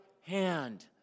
hand